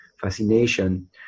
fascination